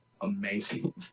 amazing